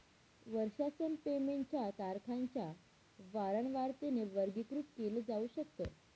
वर्षासन पेमेंट च्या तारखांच्या वारंवारतेने वर्गीकृत केल जाऊ शकत